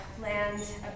LAND